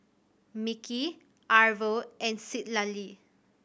Mickie Arvo and Citlalli